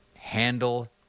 handle